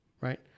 right